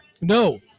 No